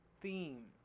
theme